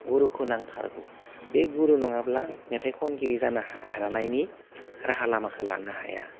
गुरुखौ नांथारगौ बे गुरु नङाब्ला मेथाइ खनगिरि जानो हानायनि राहा लामाखो लानो हाया